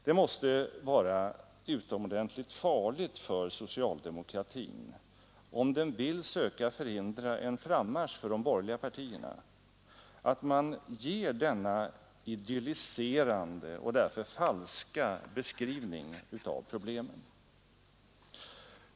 Det måste vara utomordentligt farligt för socialdemokratin, om den vill söka förhindra en frammarsch för de borgerliga partierna, att man ger denna idylliserande och därför falska beskrivning av problemen.